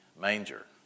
manger